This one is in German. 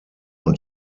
und